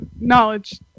knowledge